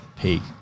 peak